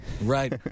Right